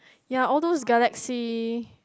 ya all those galaxy